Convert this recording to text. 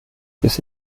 bis